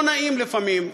לא נעים לפעמים.